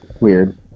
weird